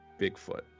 Bigfoot